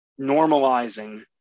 normalizing